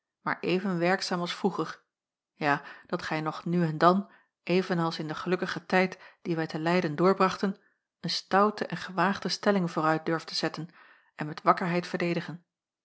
maar even werkzaam als vroeger ja dat gij nog nu en dan even als in den gelukkigen tijd dien wij te leyden doorbrachten een stoute en gewaagde stelling vooruit durft zetten en met wakkerheid verdedigen